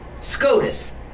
SCOTUS